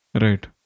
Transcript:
Right